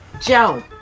Joe